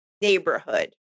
neighborhood